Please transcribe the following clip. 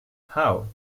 how